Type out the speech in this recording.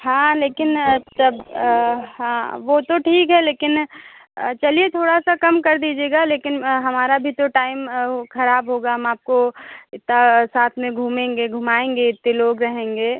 हाँ लेकिन तब हाँ वह तो ठीक है लेकिन चलिए थोड़ा सा कम कर दीजिएगा लेकिन हमारा भी तो टाइम हो ख़राब होगा हम आपको इतना साथ में घूमेंगे घुमाएँगे इतने लोग रहेंगे